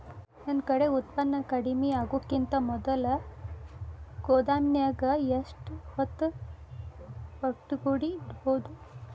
ನನ್ ಕಡೆ ಉತ್ಪನ್ನ ಕಡಿಮಿ ಆಗುಕಿಂತ ಮೊದಲ ಗೋದಾಮಿನ್ಯಾಗ ಎಷ್ಟ ಹೊತ್ತ ಒಟ್ಟುಗೂಡಿ ಇಡ್ಬೋದು?